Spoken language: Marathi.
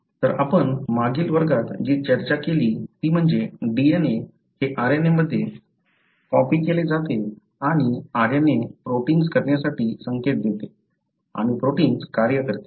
तर आपण मागील वर्गात जी चर्चा केली ती म्हणजे DNA हे RNA मध्ये कॉपी केले जाते आणि RNA प्रोटिन्स करण्यासाठी संकेत देते आणि प्रोटिन्स कार्य करते